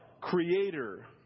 Creator